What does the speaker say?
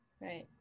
Right